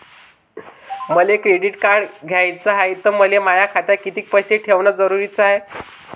मले credit card घ्याचं हाय, त मले माया खात्यात कितीक पैसे ठेवणं जरुरीच हाय?